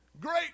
great